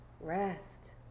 rest